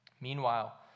Meanwhile